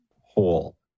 whole